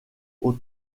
aux